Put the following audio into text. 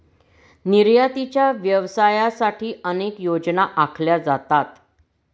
निर्यातीच्या व्यवसायासाठी अनेक योजना आखल्या जातात